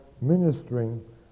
ministering